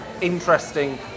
interesting